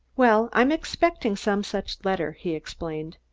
well, i'm expecting some such letter, he explained.